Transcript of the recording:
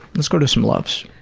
let's go to some loves.